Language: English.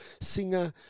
singer